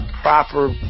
Proper